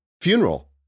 funeral